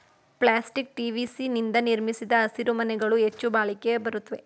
plastic TVC ನಿಂದ ನಿರ್ಮಿಸಿದ ಹಸಿರುಮನೆಗಳು ಹೆಚ್ಚು ಬಾಳಿಕೆ ಬರುತ್ವೆ